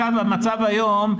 המצב היום,